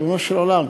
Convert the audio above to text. ריבונו של עולם,